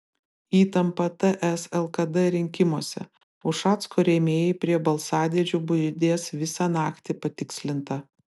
įtampa ts lkd rinkimuose ušacko rėmėjai prie balsadėžių budės visą naktį patikslinta